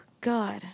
God